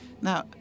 Now